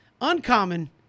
Uncommon